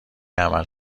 عمل